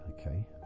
Okay